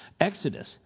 exodus